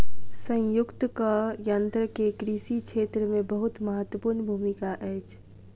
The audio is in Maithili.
संयुक्तक यन्त्र के कृषि क्षेत्र मे बहुत महत्वपूर्ण भूमिका अछि